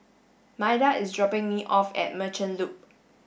Maida is dropping me off at Merchant Loop